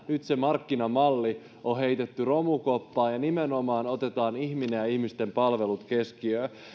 nyt se markkinamalli on heitetty romukoppaan ja nimenomaan otetaan ihminen ja ihmisten palvelut keskiöön